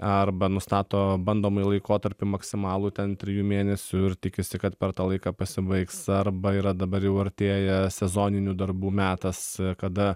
arba nustato bandomąjį laikotarpį maksimalų ten trijų mėnesių ir tikisi kad per tą laiką pasibaigs arba yra dabar jau artėja sezoninių darbų metas kada